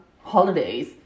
holidays